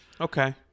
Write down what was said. Okay